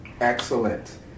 Excellent